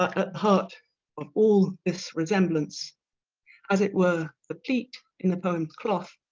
at heart of all this resemblance as it were the pleat in the poem's cloth